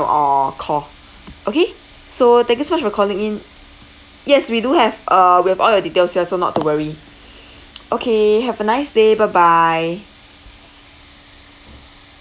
or call okay so thank you so much for calling in yes we do have uh we have all your details here so not to worry okay have a nice day bye bye